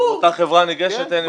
אם אותה חברה ניגשת,